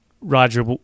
Roger